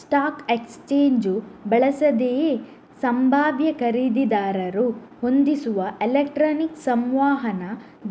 stock exchange ಬಳಸದೆಯೇ ಸಂಭಾವ್ಯ ಖರೀದಿದಾರರು ಹೊಂದಿಸುವ ಎಲೆಕ್ಟ್ರಾನಿಕ್ ಸಂವಹನ